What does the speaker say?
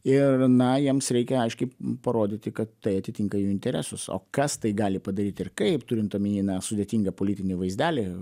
ir na jiems reikia aiškiai parodyti kad tai atitinka jų interesus o kas tai gali padaryt ir kaip turint omeny na sudėtingą politinį vaizdelį